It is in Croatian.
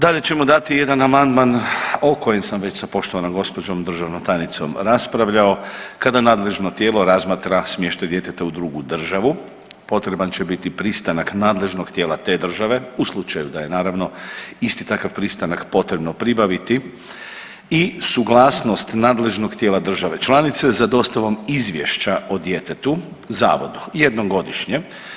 Dalje ćemo dati jedan amandman o kojem sam već sa poštovanom gđom. državnom tajnicom raspravljao, kada nadležno tijelo razmatra smještaj djeteta u drugu državu potreban će biti pristanak nadležnog tijela te države u slučaju da naravno, isti takav pristanak potrebno pribaviti i suglasnost nadležnog tijela države članice za dostavom izvješća o djeteta Zavodu jednom godišnje.